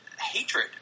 hatred